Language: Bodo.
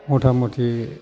मथा मथि